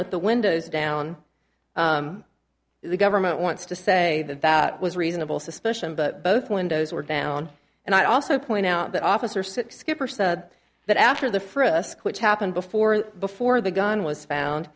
with the windows down the government wants to say that that was reasonable suspicion but both windows were down and i also point out that officer six skipper said that after the frisk which happened before before the gun was found